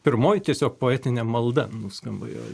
pirmoji tiesiog poetinė malda nuskamba jo